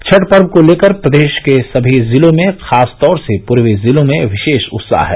छठ पर्व को लेकर प्रदेश के सभी जिलों में खास तौर से पूर्वी जिलों में विशेष उत्साह है